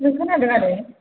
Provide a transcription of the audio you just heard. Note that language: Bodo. नों खोनादों आरो